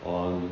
on